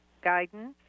Guidance